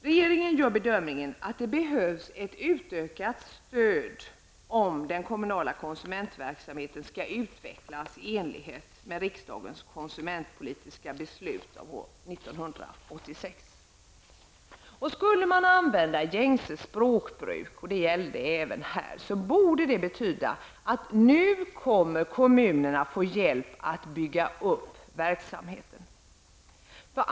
Regeringen gör bedömningen att det behövs ett utökat stöd om den kommunala konsumentverksamheten skall utvecklas i enlighet med riksdagens konsumentpolitiska beslut av år 1986. Om gängse språkbruk gällde även här, borde det betyda att kommunerna nu kommer att få hjälp att bygga upp verksamheten.